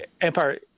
Empire